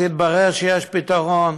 אז התברר שיש פתרון.